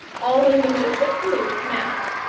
all in the most approved manner.